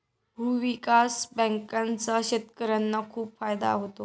भूविकास बँकांचा शेतकर्यांना खूप फायदा होतो